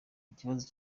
ikibazo